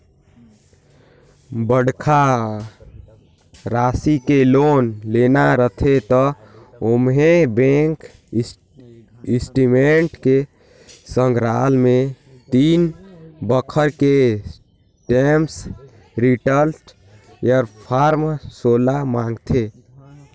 बड़खा रासि के लोन लेना रथे त ओम्हें बेंक स्टेटमेंट के संघराल मे तीन बछर के टेम्स रिर्टन य फारम सोला मांगथे